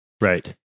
Right